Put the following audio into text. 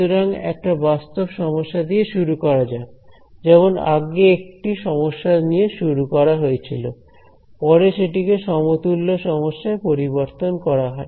সুতরাং একটা বাস্তব সমস্যা নিয়ে শুরু করা যাক যেমন আগে একটি সমস্যা নিয়ে শুরু করা হয়েছিল পরে সেটিকে সমতুল্য সমস্যায় পরিবর্তন করা হয়